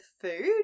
food